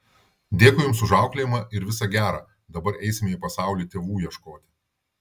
dėkui jums už auklėjimą ir visa gera dabar eisime į pasaulį tėvų ieškoti